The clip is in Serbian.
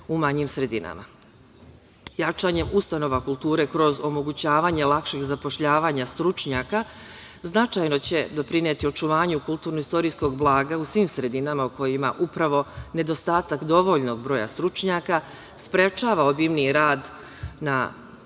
u manjim sredinama. Jačanjem ustanova kulture kroz omogućavanje lakšeg zapošljavanja stručnjaka značajno će doprineti očuvanju kulturno-istorijskog blaga u svim sredinama u kojima upravo nedostatak dovoljnog broja stručnjaka sprečava obimniji rad na